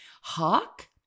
Hawk